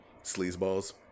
sleazeballs